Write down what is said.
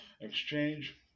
exchange